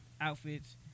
outfits